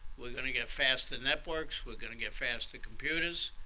we're going to get faster networks. we're going to get faster computers.